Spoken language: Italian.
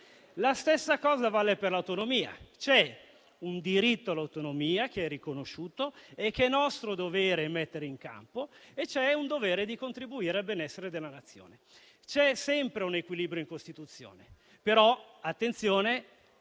Lo stesso vale per l'autonomia: c'è un diritto all'autonomia che è riconosciuto e che è nostro dovere mettere in campo, e c'è un dovere di contribuire al benessere della Nazione. C'è sempre un equilibrio in Costituzione, però - attenzione